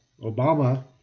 Obama